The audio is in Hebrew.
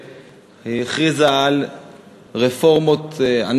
ואני רוצה להתייחס לדברים שנאמרו כאן מקודם.